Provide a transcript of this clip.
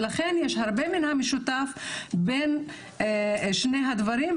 יש הרבה מן המשותף בין שני הדברים,